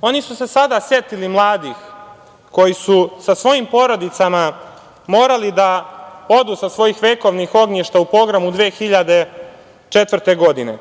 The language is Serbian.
Oni su se sada setili mladih koji su sa svojim porodicama morali da odu sa svojih vekovnih ognjišta u pogromu 2004. godine,